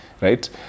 right